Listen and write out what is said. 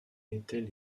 étaient